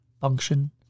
function